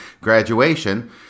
graduation